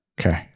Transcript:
Okay